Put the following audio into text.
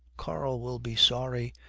karl will be sorry.